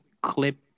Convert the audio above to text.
clip